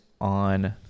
on